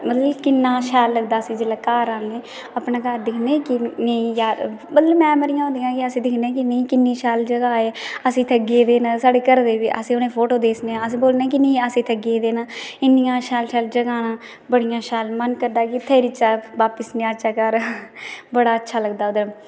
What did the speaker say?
मतलब एह् किन्ना शैल लगदा जिसलै अस घर औने कते अपना घर दिक्खनै की नेईं यार बड़ियां मैमोरी होंदियां रकी अस दिक्खनै की किन्नी शैल जगह ऐ एह् अस इद्धर गेदे न अस ओह्दे फोटो बी दस्सने न अस बोलनै की अस इत्थें गेदे न इन्नियां शैल शैल जगहां न बड़ियां शैल ते मन करदा की इत्थां निं औचे घर बड़ा अच्छथा लगदा ओह्दे